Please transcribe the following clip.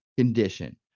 condition